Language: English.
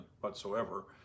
whatsoever